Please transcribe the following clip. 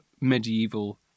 medieval